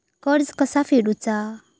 कर्ज कसा फेडुचा?